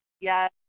Yes